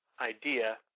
idea